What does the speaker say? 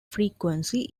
frequency